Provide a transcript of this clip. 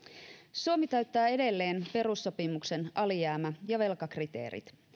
suomi täyttää edelleen perussopimuksen alijäämä ja velkakriteerit